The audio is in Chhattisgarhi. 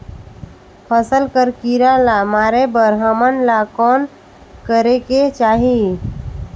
फसल कर कीरा ला मारे बर हमन ला कौन करेके चाही?